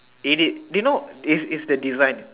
eat it do you know is is the design